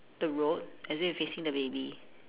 the road as if it's facing the baby